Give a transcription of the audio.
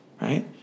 right